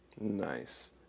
Nice